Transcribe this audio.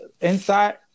inside